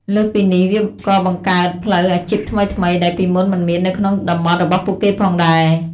លើសពីនេះ វាក៏បង្កើតផ្លូវអាជីពថ្មីៗ ដែលពីមុនមិនមាននៅក្នុងតំបន់របស់ពួកគេផងដែរ។